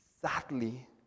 sadly